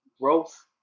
Growth